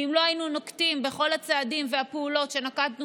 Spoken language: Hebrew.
ואם לא היינו נוקטים את כל הצעדים והפעולות שנקטנו